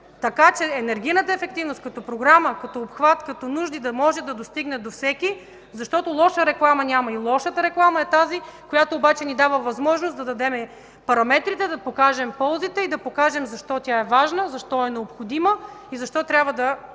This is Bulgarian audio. така, че енергийната ефективност като програма, като обхват, като нужди да може да достигне до всеки, защото лоша реклама няма. И лошата реклама е тази, която обаче ни дава възможност да дадем параметрите, да покажем ползите и да покажем защо тя е важна, защо е необходима и защо трябва да